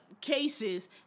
cases